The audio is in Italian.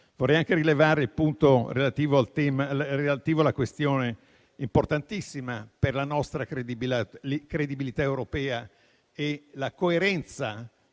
Vorrei anche rilevare il punto relativo al tema, importantissimo per la nostra credibilità europea e per la coerenza